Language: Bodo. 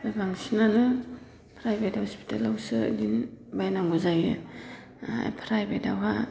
बांसिनानो प्राइभेट हस्पिटालआवसो बिदिनो बायनांगौ जायो फ्राइभेटआवहाय